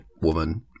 woman